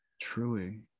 Truly